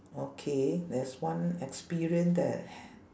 okay there's one experience that